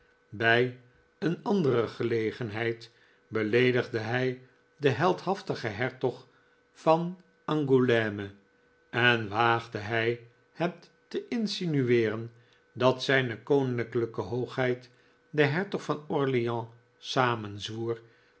bij een andere gelegenheid beleedigde hij den heldhaftigen hertog van angouleme en waagde hij het te insinueeren dat z k h de hertog van orleans